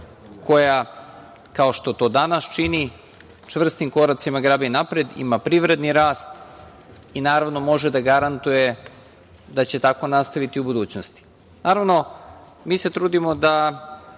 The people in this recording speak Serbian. koja, kao što to danas čini, čvrstim koracima grabi napred, ima privredni rast i naravno može da garantuje da će tako nastaviti u budućnosti. Naravno, mi se trudimo da